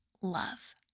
love